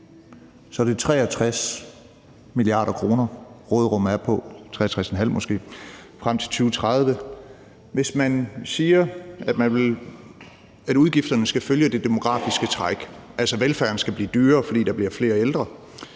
er det 63 mia. kr., som råderummet er på – 63,5 mia. kr måske – frem til 2030. Hvis man siger, at udgifterne skal følge det demografiske træk, altså at velfærden skal blive dyrere, fordi der bliver flere ældre,